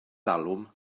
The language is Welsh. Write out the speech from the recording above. talwm